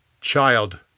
Child